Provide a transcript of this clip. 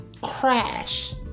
crash